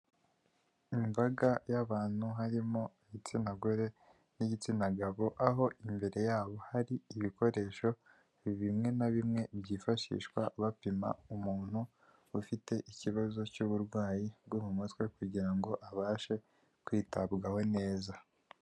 Imbaga y'abantu, harimo igitsina gore n'igitsina gabo, aho imbere yabo hari ibikoresho bimwe na bimwe byifashishwa bapima umuntu ufite ikibazo cy'uburwayi bwo mu mutwe, kugira ngo abashe kwitabwaho neza.